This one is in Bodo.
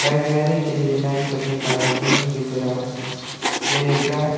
जायगायारि गेलेनायफोरनि मादाव जोंनि गेजेराव गेलेग्रा